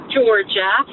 Georgia